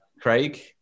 Craig